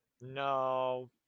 No